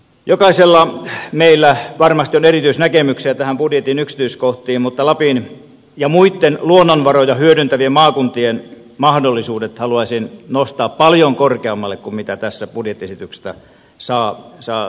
jokaisella meistä varmasti on erityisnäkemyksiä näistä budjetin yksityiskohdista mutta lapin ja muitten luonnonvaroja hyödyntävien maakuntien mahdollisuudet haluaisin nostaa paljon korkeammalle kuin mitä tästä budjettiesityksestä saa lukea